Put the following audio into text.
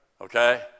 Okay